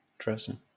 interesting